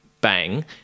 bang